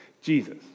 Jesus